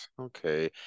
Okay